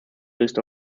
list